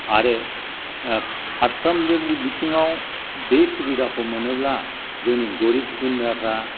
आरो फारफ्रामजोंबो बिथिङाव बे सुबिदाखौ मोनोब्ला जोंनि गरिब गुनद्राफ्रा